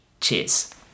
Cheers